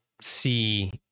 see